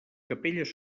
capelles